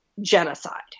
genocide